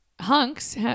hunks